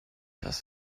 dass